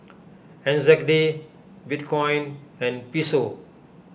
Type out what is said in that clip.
N Z D Bitcoin and Peso